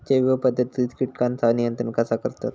जैव पध्दतीत किटकांचा नियंत्रण कसा करतत?